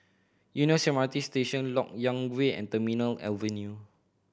Eunos M R T Station Lok Yang Way and Terminal Avenue